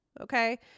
Okay